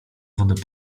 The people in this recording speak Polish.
wodę